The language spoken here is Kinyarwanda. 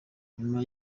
nyuma